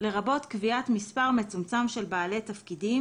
לרבות קביעת מספר מצומצם של בעלי תפקידים